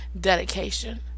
dedication